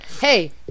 hey